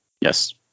Yes